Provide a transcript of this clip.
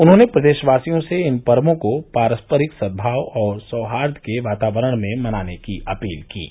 उन्होंने प्रदेशवासियों से इन पर्वो को पारस्परिक सद्भाव और सौहार्द के वातावरण में मनाने की अपील की है